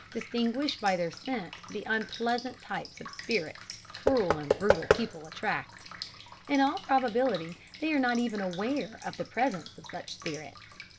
distinguish by their scent the unpleasant types of spirits cruel and brutal people attract in all probability, they are not even aware of the presence of such spirits.